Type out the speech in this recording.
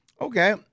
Okay